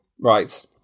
Right